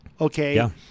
okay